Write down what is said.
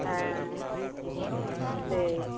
ᱦᱮᱸ ᱥᱮᱭ